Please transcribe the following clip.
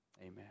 amen